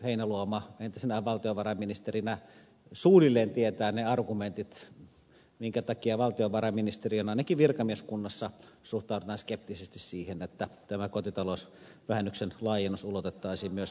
heinäluoma entisenä valtiovarainministerinä suunnilleen tietää ne argumentit minkä takia valtiovarainministeriön ainakin virkamieskunnassa suhtaudutaan skeptisesti siihen että tämä kotitalousvähennyksen laajennus ulotettaisiin myös kerrostalopuolelle